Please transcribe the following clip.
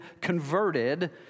converted